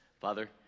Father